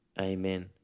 Amen